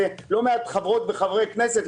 ולא מעט חברות וחברי כנסת,